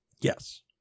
Yes